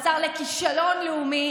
מה שרואים משם לא רואים מכאן.